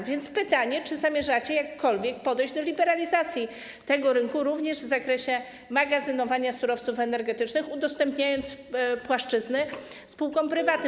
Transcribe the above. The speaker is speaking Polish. A więc pytanie: Czy zamierzacie jakkolwiek podejść do liberalizacji tego rynku również w zakresie magazynowania surowców energetycznych, udostępniając płaszczyzny spółkom prywatnym?